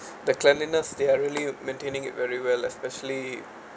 the cleanliness they are really maintaining it very well especially